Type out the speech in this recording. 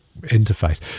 interface